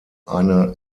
eine